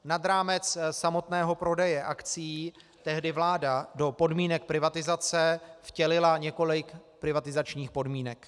Nad rámec samotného prodeje akcií tehdy vláda do podmínek privatizace vtělila několik privatizačních podmínek.